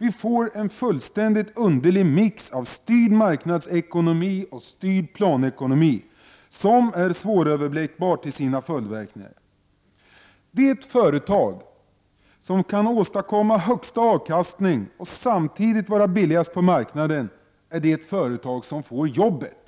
Vi får en underlig mix av styrd marknadsekonomi och styrd planekonomi, som är svåröverblickbar till sina följdverkningar. Det företag som kan åstadkomma högsta avkastning och samtidigt vara billigast på marknaden är det företag som får jobbet.